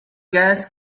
gas